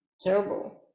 terrible